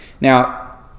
Now